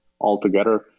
altogether